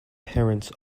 parents